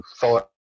thought